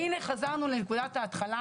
והנה, חזרנו לנקודת ההתחלה.